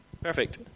Perfect